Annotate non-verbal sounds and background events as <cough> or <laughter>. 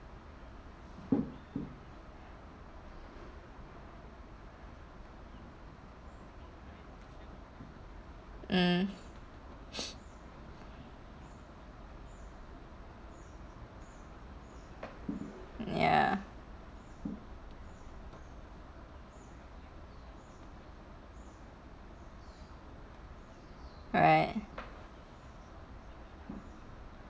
mm <breath> ya right